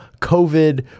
COVID